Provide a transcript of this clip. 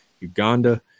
Uganda